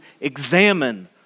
examine